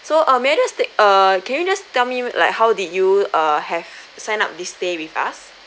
so uh may I just take err can you just tell me like how did you err have sign up this stay with us